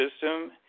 system